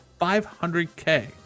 500k